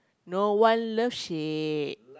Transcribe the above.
no one love shack